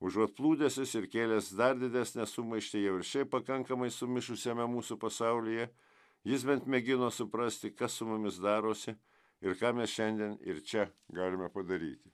užuot plūdęsis ir kėlęs dar didesnę sumaištį jau ir šiaip pakankamai sumišusiame mūsų pasaulyje jis bent mėgino suprasti kas su mumis darosi ir ką mes šiandien ir čia galime padaryti